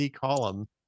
column